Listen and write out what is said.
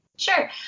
Sure